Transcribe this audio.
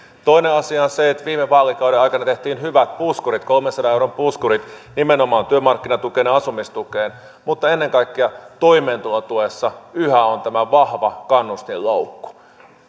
toinen asia on se että viime vaalikauden aikana tehtiin hyvät puskurit kolmensadan euron puskurit nimenomaan työmarkkinatukeen ja asumistukeen mutta ennen kaikkea toimeentulotuessa yhä on tämä vahva kannustinloukku